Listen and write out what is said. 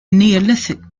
neolithic